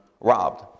robbed